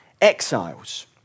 exiles